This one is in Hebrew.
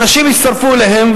אנשים הצטרפו אליהם.